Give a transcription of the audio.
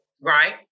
right